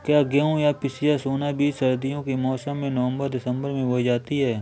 क्या गेहूँ या पिसिया सोना बीज सर्दियों के मौसम में नवम्बर दिसम्बर में बोई जाती है?